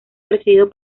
presidido